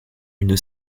une